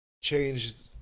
changed